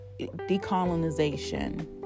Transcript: decolonization